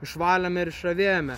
išvalėme ir išravėjome